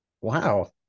wow